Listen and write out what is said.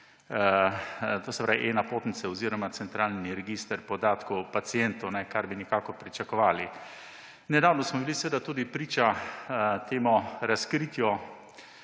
se pravi e-napotnice oziroma centralni register podatkov pacientov, kar bi nekako pričakovali. Nedavno smo bili tudi priča temu razkritju